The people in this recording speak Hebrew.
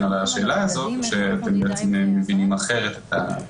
על השאלה הזאת או שאתם בעצם מבינים אחרת את השאלה.